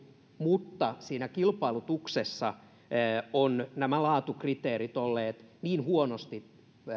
mutta siinä kilpailutuksessa ovat nämä laatukriteerit olleet niin huonosti